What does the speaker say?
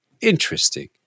interesting